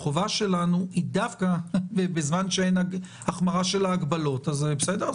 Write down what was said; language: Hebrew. החובה שלנו היא דווקא בזמן שאין החמרה של ההגבלות אז בסדר,